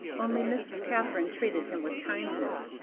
only miss katharine treated him with kindness,